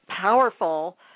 powerful